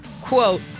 quote